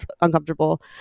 uncomfortable